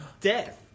death